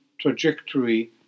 trajectory